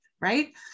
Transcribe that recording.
right